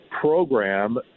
program